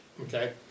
okay